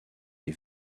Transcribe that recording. les